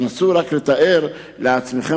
תנסו רק לתאר לעצמכם,